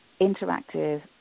interactive